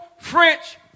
French